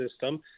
system